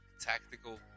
Tactical